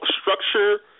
structure